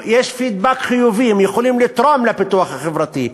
יש פידבק חיובי, הם יכולים לתרום לפיתוח החברתי.